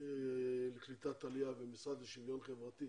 למשרד הקליטה ולמשרד לשוויון חברתי